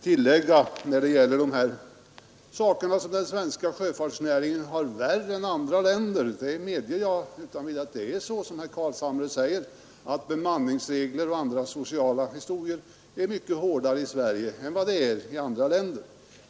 Jag medger att det är såsom herr Carlshamre säger att den svenska sjöfartsnäringen har det värre än sjöfartsnäringen i andra länder bemanningsregler och sociala regler är mycket hårdare i Sverige än i andra länder.